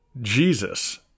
Jesus